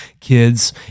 kids